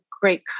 great